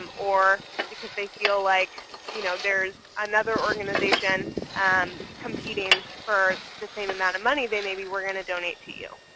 um or because they feel like you know there's another organization and competing for the same amount of money, then maybe we're going to donate to you.